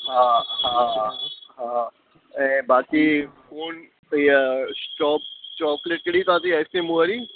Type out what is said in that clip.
हा हा हा ऐं बाक़ी कोल हीअ चॉक चॉक्लेट कहिड़ी तव्हांजी आस्क्रीम वारी